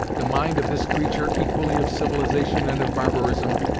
the mind of this creature equally of civilization and of barbarism,